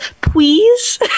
please